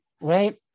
right